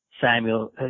Samuel